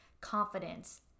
confidence